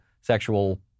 sexual